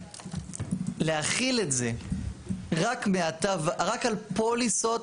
להחיל את זה רק על פוליסות,